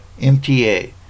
MTA